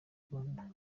rwanda